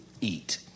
eat